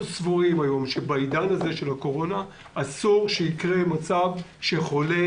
אנחנו סבורים שבעידן הקורונה אסור שיהיה מצב שחולה